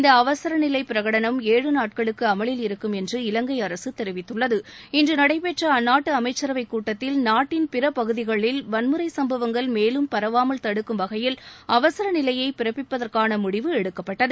இந்த அவசரசிலை பிரகடனம் ஏழு நாட்களுக்கு அமலில் இருக்கும் என்று இலங்கை அரசு தெரிவித்துள்ளது இன்று நடைபெற்ற அந்நாட்டு அமைச்சரவைக் கூட்டத்தில் நாட்டின் பிற பகுதிகளில் வன்முறை சுப்பவங்கள் மேலும் பரவாமல் தடுக்கும் வகையில் அவசர நிலையை பிறப்பிப்பதற்கான முடிவு எடுக்கப்பட்டது